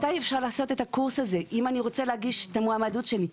מתי אפשר לעשות את הקורס הזה אם אני רוצה להגיש את המועמדות שלי?